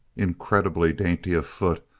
incredibly dainty of foot,